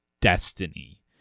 Destiny